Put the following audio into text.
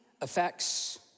affects